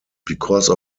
because